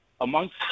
amongst